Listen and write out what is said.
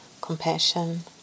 compassion